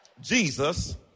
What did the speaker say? Jesus